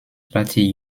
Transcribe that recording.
party